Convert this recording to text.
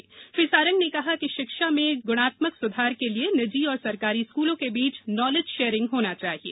video conference में श्री सारंग ने कहा कि शिक्षा में गुणात्मक सुधार के लिये निजी और सरकारी स्कूलों के बीच नॉलेज शेयरिंग होना चाहिए